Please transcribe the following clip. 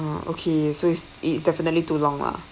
okay so it's it's definitely too long lah